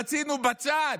רצינו בצד,